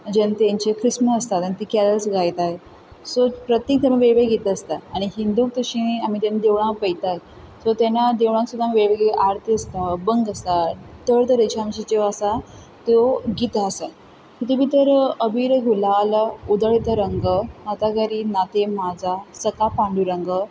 जेन्ना तेंचीं क्रिस्मस आसता तेन्ना तीं कॅरल्स गायताय सो प्रत्येक धर्माक वेगळीं गितां आसता आनीक हिंदूंक जशें आमी जेन्ना देवळांत पळयतात तेन्ना देवळांत सुद्दां वेगळ्यो आर्ती आसता अभंग आसता तरे तरेच्यो आमच्यो ज्यो आसा त्यो गितां आसा तितूंत भितर अबीर गुलाल उधळीत रंग नाथा घरी नाचे माझा सखा पांडुरंग